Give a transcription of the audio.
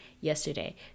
yesterday